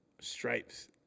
Stripes